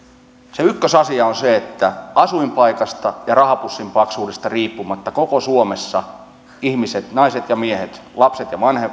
se ykkösasia on se että asuinpaikasta ja rahapussin paksuudesta riippumatta koko suomessa ihmiset naiset ja miehet lapset ja